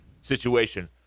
situation